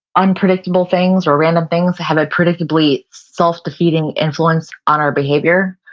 unpredictable things or random things that have a predictably self defeating influence on our behavior,